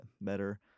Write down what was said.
better